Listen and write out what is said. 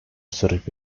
sırp